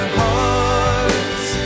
hearts